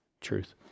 truth